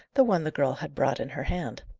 the one the girl had brought in her hand.